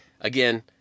again